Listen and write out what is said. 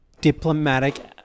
diplomatic